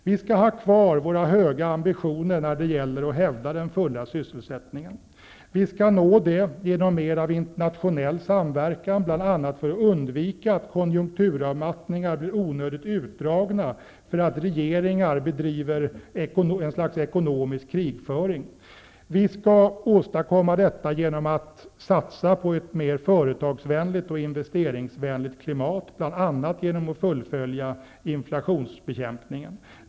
Vi skall ha kvar våra höga ambitioner när det gäller att hävda den fulla sysselsättningen. Vi skall åstadkomma det genom mer av internationell samverkan, bl.a. för att undvika att konjunkturavmattningar blir onödigt utdragna på grund av att regeringar bedriver något slags ekonomisk krigföring. Vi skall också åstadkomma det genom att satsa på ett mera företags och investeringsvänligt klimat, bl.a. genom att fullfölja inflationsbekämpningen.